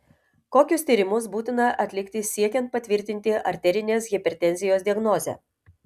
kokius tyrimus būtina atlikti siekiant patvirtinti arterinės hipertenzijos diagnozę